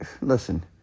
listen